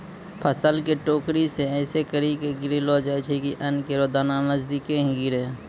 फसल क टोकरी सें ऐसें करि के गिरैलो जाय छै कि अन्न केरो दाना नजदीके ही गिरे